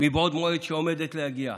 מבעוד מועד שהיא עומדת להגיע.